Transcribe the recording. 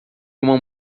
uma